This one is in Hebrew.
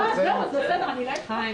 אני מבינה.